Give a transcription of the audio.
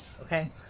okay